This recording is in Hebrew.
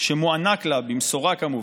שמוענק לה, במשורה, כמובן.